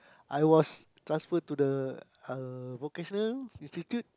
I was transferred to the uh Vocational-Institute